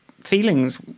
feelings